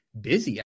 busy